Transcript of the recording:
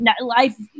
life